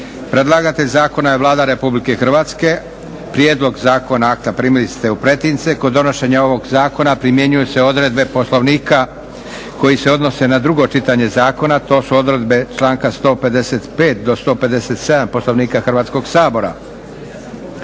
Predlagatelj zakona je Vlada Republike Hrvatske. Prijedlog akta zakona primili ste u pretince. Kod donošenja ovog zakona primjenjuju se odredbe Poslovnika koji se odnose na drugo čitanje zakona. To su odredbe članka 155. do 157. Poslovnika Hrvatskoga sabora.